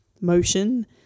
motion